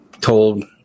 told